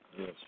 Yes